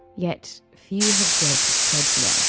yet few have dared to tread here